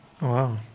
Wow